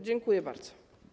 Dziękuję bardzo.